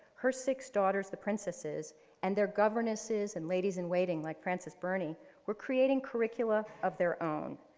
her six daughters, the princesses and their governesses and ladies in waiting like frances burney were creating curricula of their own.